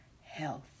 health